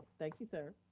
thank you, sir.